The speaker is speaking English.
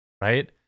right